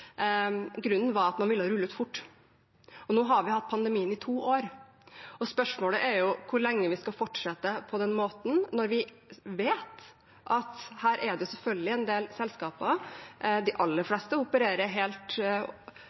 at man ville rulle ut fort. Nå har vi hatt pandemien i to år, og spørsmålet er hvor lenge vi skal fortsette på den måten når vi vet at det er en del selskaper hvorav de aller fleste opererer